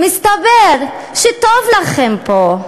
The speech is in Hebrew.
מסתבר שטוב לכם פה.